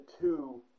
two